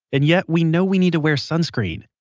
and yet we know we need to wear sunscreen.